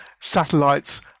satellites